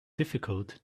difficult